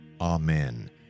Amen